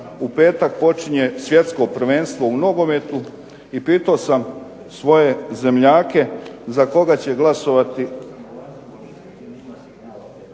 u petak počinje svjetsko prvenstvo u nogometu i pitao sam svoje zemljake za koga će glasovati